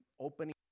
opening